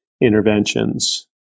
interventions